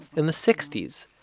in the sixties,